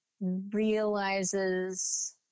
realizes